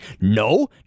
No